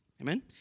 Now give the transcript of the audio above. Amen